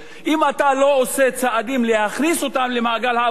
אם אתה לא עושה צעדים להכניס אותם למעגל העבודה,